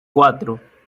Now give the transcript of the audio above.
cuatro